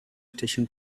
station